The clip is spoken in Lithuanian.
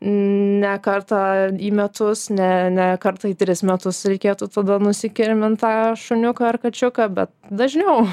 ne kartą į metus ne ne kartą į tris metus reikėtų tada nusikirmint tą šuniuką ar kačiuką bet dažniau